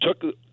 took